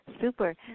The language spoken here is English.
super